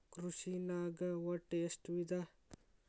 ಕೃಷಿನಾಗ್ ಒಟ್ಟ ಎಷ್ಟ ವಿಧ?